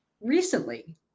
recently